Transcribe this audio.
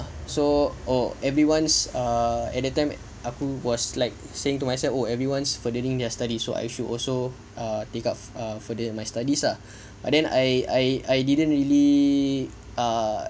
so or everyone's a~ anytime at aku was like saying to myself oh everyone's furthering their studies so I should also take up a further my studies ah I didn't I I didn't really err